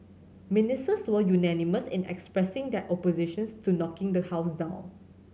ministers were unanimous in expressing their oppositions to knocking the house down